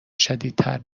شدیدتر